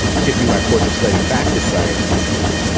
shifting my course of study back to science and school,